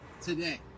today